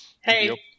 Hey